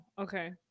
Okay